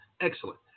Excellent